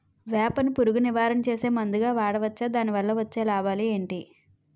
వేప ను పురుగు నివారణ చేసే మందుగా వాడవచ్చా? దాని వల్ల వచ్చే లాభాలు ఏంటి?